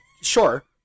sure